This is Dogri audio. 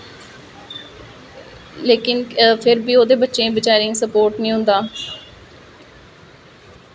लैकिन फिर वी ओहदे बच्चे बचारे गी स्पोट नेई होंदा